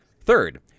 third